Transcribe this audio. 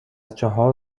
چهار